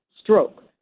stroke